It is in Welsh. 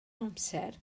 amser